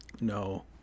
No